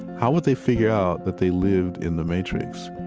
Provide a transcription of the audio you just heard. how would they figure out that they lived in the matrix?